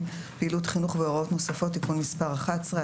פעילות חינוך והוראות נוספות) (תיקון מס' 11),